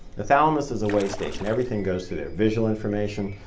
the thalamus is a way station. everything goes through there visual information,